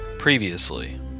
previously